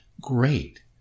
Great